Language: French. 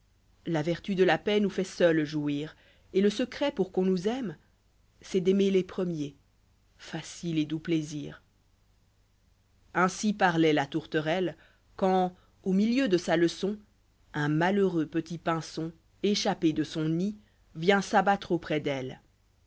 la vertu de la paix nous fait seule jouir et le secret pour qu'on nous aime c'est d'aimer les premiers facile et doux plaisir ainsi parloit la tourterelle quand au milieu de sa leçon un malheureux petit pinson échappé dé son nid vient s'abattre auprès d'elle